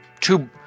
two